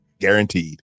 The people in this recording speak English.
guaranteed